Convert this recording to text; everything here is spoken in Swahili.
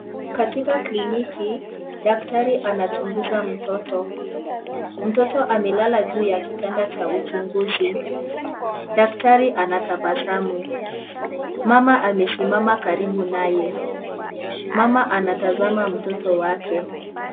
Katika kliniki daktari anachunguza mtoto. Mtoto amelala juu ya kitanda cha uchunguzi. Daktari anatabasamu , mama amesimama karibu naye . Mama anatazama mtoto wake.